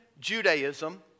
Judaism